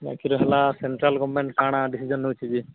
ବାକି ରହିଲା central government କାଣା ଡ଼ିସିଶନ ନେଉଛି ଯେ